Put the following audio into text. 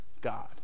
God